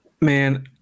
man